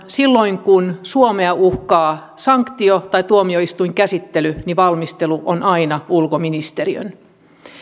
silloin kun suomea uhkaa sanktio tai tuomioistuinkäsittely valmistelu on aina ulkoministeriön